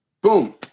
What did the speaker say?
boom